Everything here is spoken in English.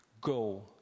go